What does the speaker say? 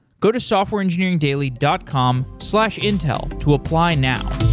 go to softwareengineeringdaily dot com slash intel to apply now.